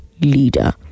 leader